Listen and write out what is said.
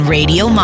Radio